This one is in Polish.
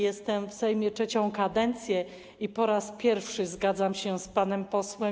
Jestem w Sejmie trzecią kadencję i po raz pierwszy zgadzam się z panem posłem.